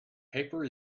paper